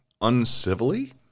uncivilly